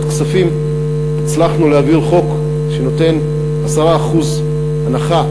כספים הצלחנו להעביר חוק שנותן 10% הנחה